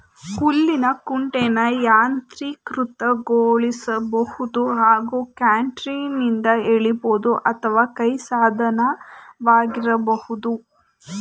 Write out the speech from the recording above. ಹುಲ್ಲಿನ ಕುಂಟೆನ ಯಾಂತ್ರೀಕೃತಗೊಳಿಸ್ಬೋದು ಹಾಗೂ ಟ್ರ್ಯಾಕ್ಟರ್ನಿಂದ ಎಳಿಬೋದು ಅಥವಾ ಕೈ ಸಾಧನವಾಗಿರಬಹುದು